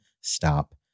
stop